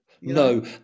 no